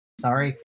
sorry